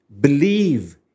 Believe